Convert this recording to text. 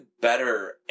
better